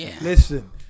Listen